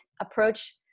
approach